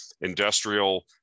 industrial